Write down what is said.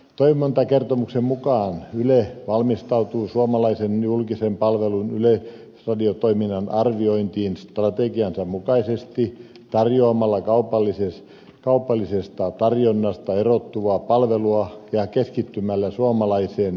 toimintakertomuksen mukaan yle valmistautuu suomalaisen julkisen palvelun yleisradiotoiminnan arviointiin strategiansa mukaisesti tarjoamalla kaupallisesta tarjonnasta erottuvaa palvelua ja keskittymällä suomalaiseen sisällöntuotantoon